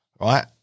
right